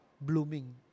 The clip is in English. blooming